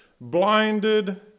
blinded